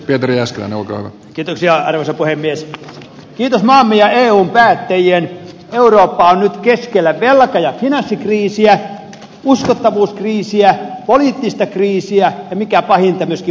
pirjo sanoo kirsi ja vesa kiitos maamme ja eun päättäjien eurooppa on nyt keskellä velka ja finanssikriisiä uskottavuuskriisiä poliittista kriisiä ja mikä pahinta myöskin moraalista kriisiä